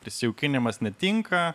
prisijaukinimas netinka